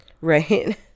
right